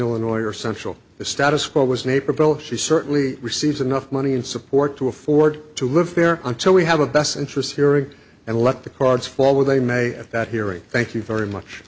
illinois or central the status quo was naperville she certainly receives enough money and support to afford to live there until we have a best interest hearing and let the cards fall where they may at that hearing thank you very much